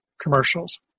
commercials